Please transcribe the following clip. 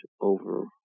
over